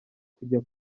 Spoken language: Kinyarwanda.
kujya